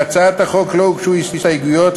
להצעת החוק לא הוגשו הסתייגויות.